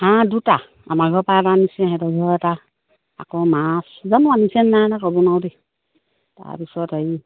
হাঁহ দুটা আমাৰ ঘৰৰ পৰা এটা নিছে সিহঁতৰ ঘৰ এটা আকৌ মাছ জানো আনিছে নে নাই ক'ব নোৱাৰাে দেই তাৰপিছত আৰু হেৰি